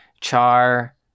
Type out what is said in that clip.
Char